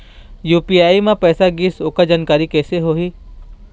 UPI म पैसा गिस ओकर जानकारी कइसे होही?